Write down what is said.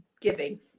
giving